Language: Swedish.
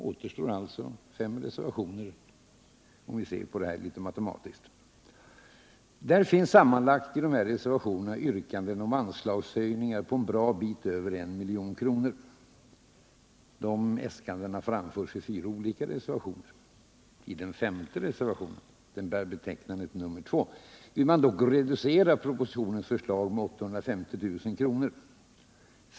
Återstår alltså fem reservationer, om vi ser på detta litet matematiskt. I reservationerna finns yrkanden om anslagshöjningar på sammanlagt en bra bit över 1 milj.kr. De äskandena framförs i fyra olika reservationer. I den femte reservationen — reservationen 2 i betänkandet — vill man dock reducera propositionens förslag med 850 000 kr.